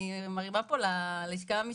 אני מרימה פה ללשכה המשפטית,